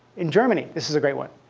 in germany this is a great one.